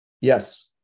Yes